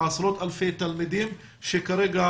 עשרות אלפי תלמידים שכרגע